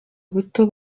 buto